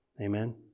amen